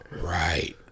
Right